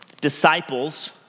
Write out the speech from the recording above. disciples